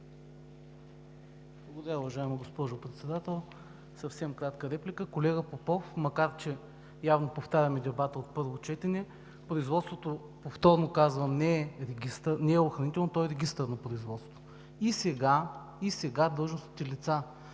Благодаря, уважаема госпожо Председател. Съвсем кратка реплика. Колега Попов, макар че явно повтаряме дебата от първо четене, производството, повторно казвам, не е охранително, то е регистърно производство. И сега длъжностните лица